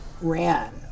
ran